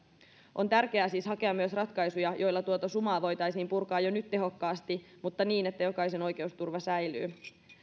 on tärkeää siis hakea myös ratkaisuja joilla tuota sumaa voitaisiin purkaa jo nyt tehokkaasti mutta niin että jokaisen oikeusturva säilyy